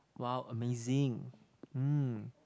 !wow! amazing mm